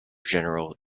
general